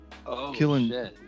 killing